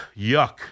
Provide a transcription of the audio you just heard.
yuck